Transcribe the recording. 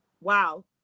Wow